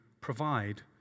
provide